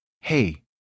hey